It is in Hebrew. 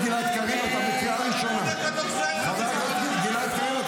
שרים וחברי כנסת --- לא רציתם ועדת חקירה -- חבר הכנסת גלעד קריב,